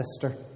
sister